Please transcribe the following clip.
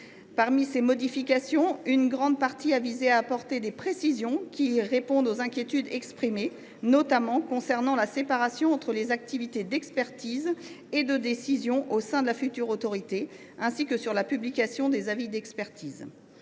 de ces modifications visent à apporter des précisions afin de répondre aux inquiétudes exprimées, notamment concernant la séparation entre les activités d’expertise et de décision au sein de la future autorité, ainsi que sur la publication des avis d’expertise.